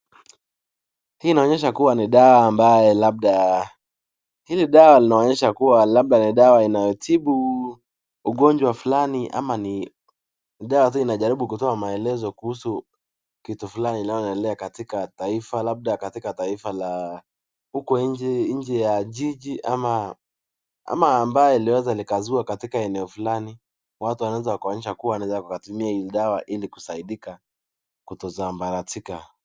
Hii inaonyesha kuwa ni dawa ambaye labda ni dawa ambaye inatibu ugojwa fulani ama ni dawa tu ambayo inaweza kutoa maelezo tu kuhusu kitu fulani inayo onelea katika taifaa labda katika taifaa la huko nje, nje la jijii ama ambaye inaweza ikazuwa katika eneo fulani watu wanaweza katumia hili dawa ili kuto sabalatika